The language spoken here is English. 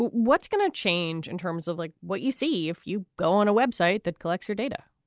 what's going to change in terms of like what you see if you go on a web site that collects your data?